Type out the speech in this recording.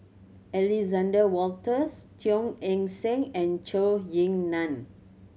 Alexander Wolters Teo Eng Seng and Zhou Ying Nan